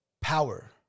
power